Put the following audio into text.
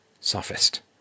sophist